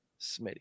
Smitty